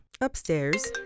upstairs